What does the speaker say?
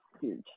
huge